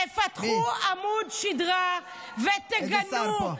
תפתחו עמוד שדרה ותגנו,